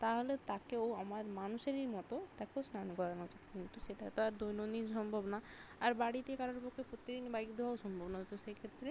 তাহলে তাকেও আমার মানুষেরই মতো তাকেও স্নান করানো উচিত কিন্তু সেটা তো আর দৈনন্দিন সম্ভব না আর বাড়িতে কারোর পক্ষে প্রত্যেক দিন বাইক ধোয়াও সম্ভব না তো সেক্ষেত্রে